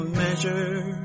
measure